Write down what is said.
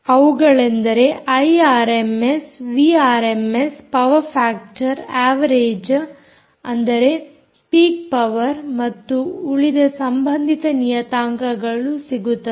ಅವುಗಳೆಂದರೆ I RMS V RMS power factor average ಅಂದರೆ peak power ಮತ್ತು ಉಳಿದ ಸಂಬಂಧಿತ ನಿಯತಾಂಕ ಸಿಗುತ್ತದೆ